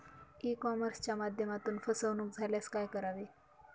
E कॉमर्सच्या माध्यमातून फसवणूक झाल्यास काय करावे?